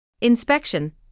inspection